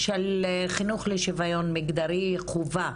של חינוך לשוויון מגדרי, חובה.